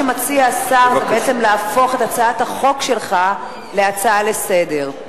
השר מציע להפוך את הצעת החוק שלך להצעה לסדר-היום.